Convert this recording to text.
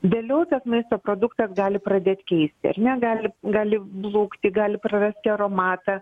vėliau tas maitso produktas gali pradėti keisti ar ne gali gali blukti gali prarasti aromatą